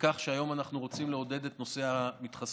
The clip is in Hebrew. וכך כשהיום אנחנו רוצים לעודד את נושא המתחסנים.